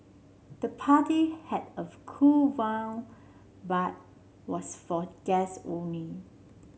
the party had a cool but was for guests only